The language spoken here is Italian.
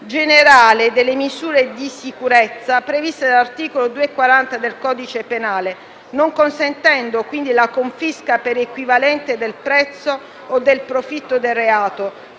generale delle misure di sicurezza previste dall'articolo 240 del codice penale, non consentendo, quindi, la confisca per equivalente del prezzo o del profitto del reato,